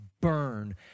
burn